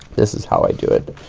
this is how i do it.